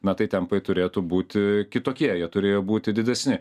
na tai tempai turėtų būti kitokie jie turėjo būti didesni